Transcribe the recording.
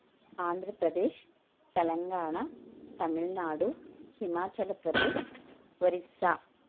Andhra Pradesh Telangana Tamil Nadu Himachal Pradesh Orissa